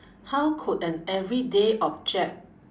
how could an everyday object